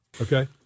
Okay